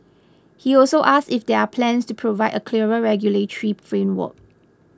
he also asked if there are plans to provide a clearer regulatory framework